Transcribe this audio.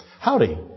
Howdy